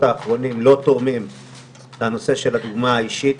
האחרונים לא תורמים לנושא של הדוגמה האישית.